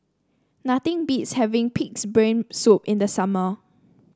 nothing beats having pig's brain soup in the summer